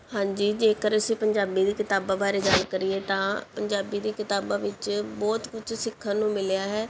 ਹਾਂਜੀ ਜੇਕਰ ਅਸੀਂ ਪੰਜਾਬੀ ਦੀ ਕਿਤਾਬਾਂ ਬਾਰੇ ਗੱਲ ਕਰੀਏ ਤਾਂ ਪੰਜਾਬੀ ਦੀ ਕਿਤਾਬਾਂ ਵਿੱਚ ਬਹੁਤ ਕੁਝ ਸਿੱਖਣ ਨੂੰ ਮਿਲਿਆ ਹੈ